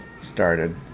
started